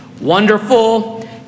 wonderful